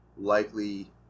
likely